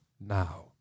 now